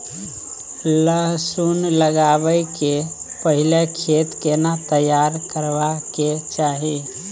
लहसुन लगाबै के पहिले खेत केना तैयार करबा के चाही?